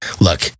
look